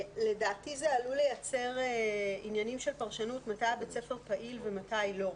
לדעתי זה עלול לייצר עניינים של פרשנות מתי בית הספר פעיל ומתי לא.